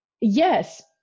Yes